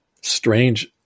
strange